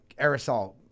aerosol